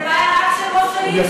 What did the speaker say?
זו בעיה רק של ראש העיר,